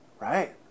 Right